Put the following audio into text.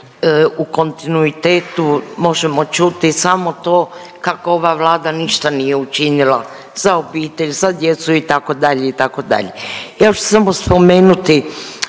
u kontinuitetu možemo čuti samo to kako ova Vlada ništa nije učinila za obitelj, za djecu itd. itd. Ja ću samo spomenuti